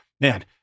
Man